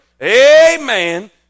Amen